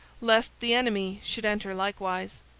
lest the enemy should enter likewise.